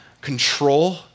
control